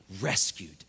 rescued